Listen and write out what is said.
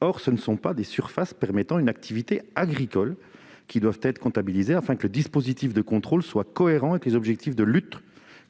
Or seules les surfaces destinées à l'activité agricole doivent être comptabilisées, afin que le dispositif de contrôle soit cohérent avec les objectifs de lutte